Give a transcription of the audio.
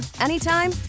anytime